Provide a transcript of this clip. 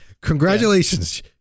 congratulations